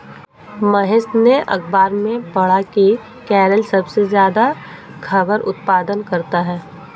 महेश ने अखबार में पढ़ा की केरल सबसे ज्यादा रबड़ उत्पादन करता है